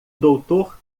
doutor